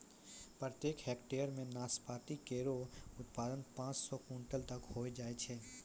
प्रत्येक हेक्टेयर म नाशपाती केरो उत्पादन पांच सौ क्विंटल तक होय जाय छै